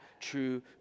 true